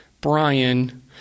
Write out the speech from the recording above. Brian